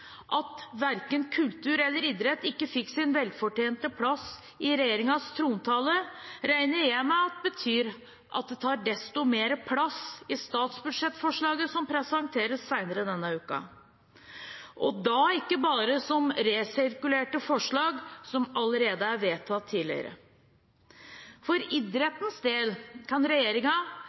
At verken kultur eller idrett fikk sin velfortjente plass i regjeringens trontale, regner jeg med betyr at det tar desto mer plass i statsbudsjettforslaget som presenteres senere denne uken, og da ikke bare som resirkulerte forslag som allerede er vedtatt tidligere. For idrettens del kan